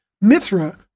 Mithra